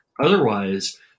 Otherwise